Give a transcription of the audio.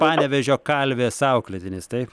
panevėžio kalvės auklėtinis taip